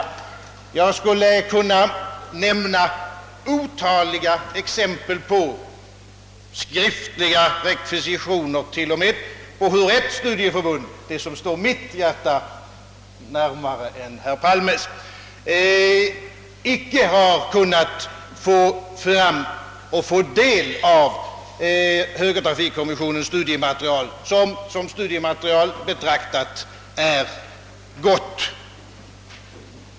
Jag skulle kunna nämna otaliga exempel på hur ett studieförbund — det som står mitt hjärta närmare än herr Palmes — icke ens efter skriftliga rekvisitioner har kunnat få del av högertrafikkommissionens studiematerial, vilket som sådant är gott.